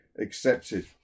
accepted